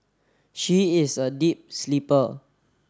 she is a deep sleeper